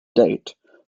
date